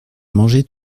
manger